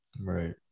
Right